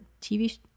TV